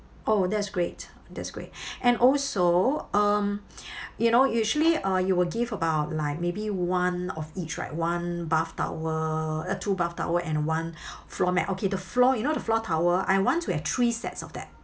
oh that's great that's great and also um you know usually uh you will give about like maybe one of each right one bath towel uh two bath towel and one floor mat okay the floor you know the floor towel I want to have three sets of that